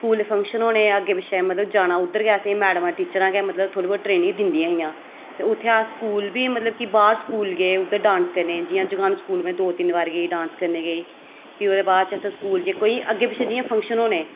school दे function होने अग्गें पिच्छें मतलब जाना उद्धर गै मैडमां टीचरां गै मतलब थोह्ड़ी बहुत ट्रेनिंग दिंदियां हियां ते उत्थै अस सकूल बी मतलब कि बाह्र स्कूल गे उद्धर डांस करने ई जि'यां जगानूं स्कूल में दो तिन्न बार गेई डांस करने ई गेई ते भी ओह्दे बाद च अस स्कूल केईं जि'यां अग्गें पिच्छें फंक्शन होने